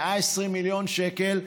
120 מיליון שקל,